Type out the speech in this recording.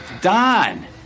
don